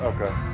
Okay